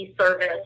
service